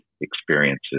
experiences